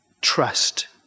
trust